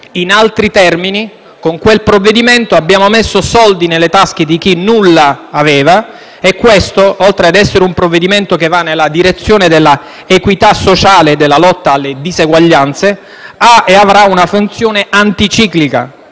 In altri termini, con quel provvedimento abbiamo messo soldi nelle tasche di chi nulla aveva e questo, oltre a essere un provvedimento che va nella direzione dell'equità sociale e della lotta alle diseguaglianze, ha e avrà una funzione anticiclica,